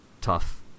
tough